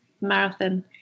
marathon